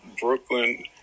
Brooklyn